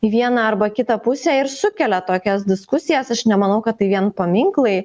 į vieną arba kitą pusę ir sukelia tokias diskusijas aš nemanau kad tai vien paminklai